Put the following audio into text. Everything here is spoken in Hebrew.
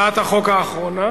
ובכן,